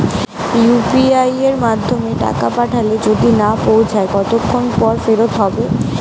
UPI য়ের মাধ্যমে টাকা পাঠালে যদি না পৌছায় কতক্ষন পর ফেরত হবে?